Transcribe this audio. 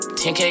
10K